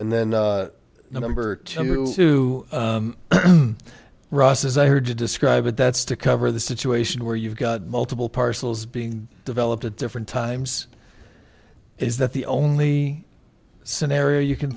and then number two russes i heard to describe it that's to cover the situation where you've got multiple parcels being developed at different times is that the only scenario you can